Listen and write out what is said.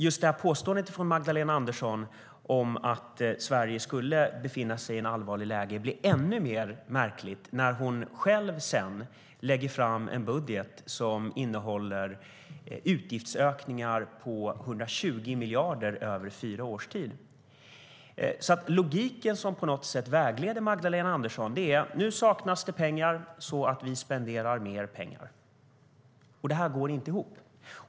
Just påståendet från Magdalena Andersson om att Sverige skulle befinna sig i ett allvarligt läge blir ännu mer märkligt när hon själv sedan lägger fram en budget som innehåller utgiftsökningar på 120 miljarder över fyra års tid. Logiken som på något sätt vägleder Magdalena Andersson är: Nu saknas det pengar, så vi spenderar mer pengar. Detta går inte ihop.